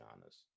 honest